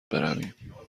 برویم